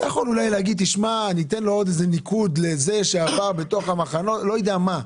אפשר אולי לתת עוד איזה ניקוד למי שהיה בתוך המחנות וכדומה,